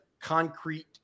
concrete